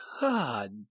God